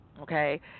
okay